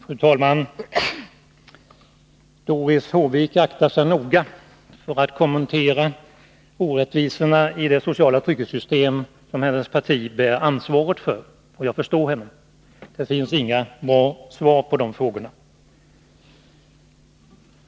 Fru talman! Doris Håvik aktar sig noga för att kommentera orättvisorna i det sociala trygghetssystem som hennes parti bär ansvaret för, och jag förstår henne. Det finns inga bra svar på frågorna i det sammanhanget.